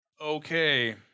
Okay